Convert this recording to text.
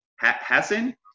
Hassan